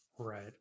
right